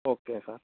okay sir